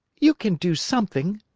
you can do something,